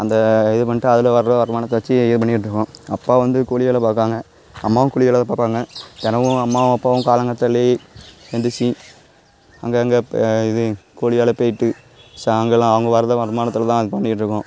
அந்த இது பண்ணிகிட்டு அதில் வர்ற வருமானத்தை வெச்சு இது பண்ணிகிட்ருக்கோம் அப்பா வந்து கூலி வேலை பார்க்கறாங்க அம்மாவும் கூலி வேலை தான் பார்ப்பாங்க தினமும் அம்மாவும் அப்பாவும் காலங்காத்தாலே எழுந்திருச்சி அங்கே அங்கே இது கூலி வேலை போய்விட்டு சாய்ங்காலம் அவங்க வர்றதை வருமானத்தில் தான் பண்ணிகிட்ருக்கோம்